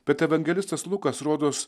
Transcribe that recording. bet evangelistas lukas rodos